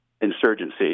insurgency